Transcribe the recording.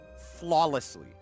Flawlessly